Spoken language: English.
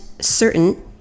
certain